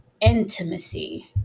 intimacy